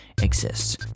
exists